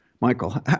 Michael